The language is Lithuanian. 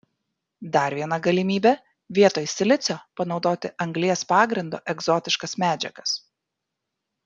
dar viena galimybė vietoj silicio panaudoti anglies pagrindo egzotiškas medžiagas